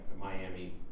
Miami